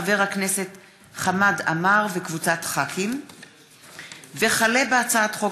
החל בהצעת חוק פ/4794/20 וכלה בהצעת חוק